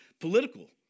political